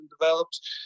developed